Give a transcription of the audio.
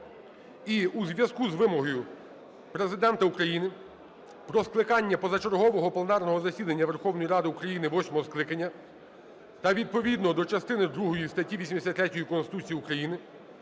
І у зв'язку з вимогою Президента України про скликання позачергового пленарного засідання Верховної Ради України восьмого скликання та відповідно до частини другої статті 83 Конституції України